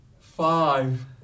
Five